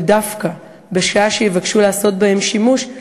ודווקא בשעה שיבקשו לעשות בהם שימוש,